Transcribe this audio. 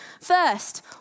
first